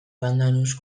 pandanus